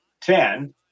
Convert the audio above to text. ten